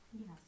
Yes